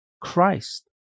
Christ